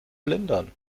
lindern